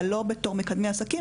אבל הם לא פועלים בתור מקדמי עסקים.